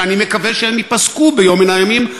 שאני מקווה שהם ייפסקו ביום מן הימים,